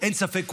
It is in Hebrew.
אין ספק,